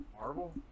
Marvel